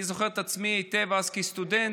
אני זוכר את עצמי היטב אז כסטודנט.